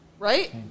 Right